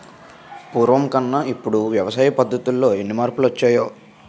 పూర్వకన్నా ఇప్పుడు వ్యవసాయ పద్ధతుల్లో ఎన్ని మార్పులొచ్చాయో